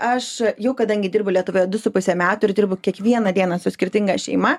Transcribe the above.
aš jau kadangi dirbu lietuvoje du su puse metų ir dirbu kiekvieną dieną su skirtinga šeima